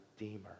redeemer